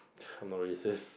I'm not racist